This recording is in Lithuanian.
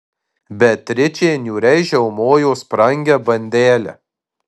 beatričė niūriai žiaumojo sprangią bandelę